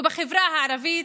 ובחברה הערבית,